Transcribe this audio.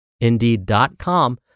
indeed.com